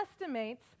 estimates